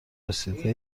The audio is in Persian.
رسیده